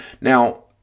Now